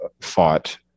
fought